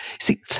See